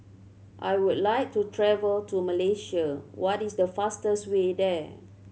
I would like to travel to Malaysia what is the fastest way there